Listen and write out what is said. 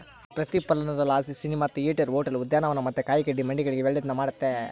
ಪ್ರತಿಫಲನದಲಾಸಿ cinema theatre, hotel, ಉದ್ಯಾನವನ ಮತ್ತೆ ಕಾಯಿಗಡ್ಡೆ ಮಂಡಿಗಳಿಗೆ ಒಳ್ಳೆದ್ನ ಮಾಡೆತೆ